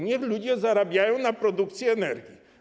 Niech ludzie zarabiają na produkcji energii.